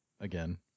again